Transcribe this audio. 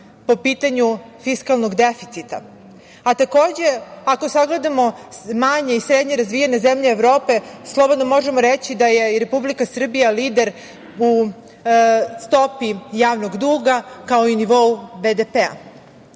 po pitanju fiskalnog deficita, a takođe ako sagledamo manje i srednje razvijene zemlje Evrope slobodno možemo reći da je Republika Srbija lider u stopi javnog duga, kao i nivou BDP.Moramo